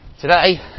Today